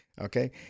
Okay